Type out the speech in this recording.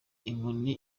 inkoni